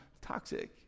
toxic